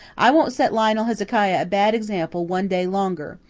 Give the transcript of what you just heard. i won't set lionel hezekiah a bad example one day longer.